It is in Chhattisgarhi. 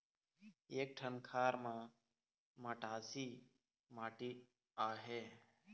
एक ठन खार म मटासी माटी आहे?